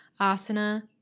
Asana